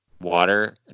water